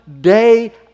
day